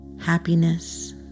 happiness